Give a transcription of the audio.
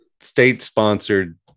state-sponsored